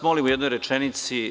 Molim vas, u jednoj rečenici.